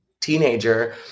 teenager